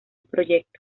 proyecto